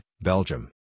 Belgium